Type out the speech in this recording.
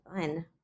fun